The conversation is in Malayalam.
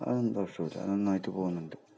അതൊന്നും പ്രശ്നമില്ല നന്നായിട്ട് പോകുന്നുണ്ട്